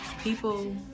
People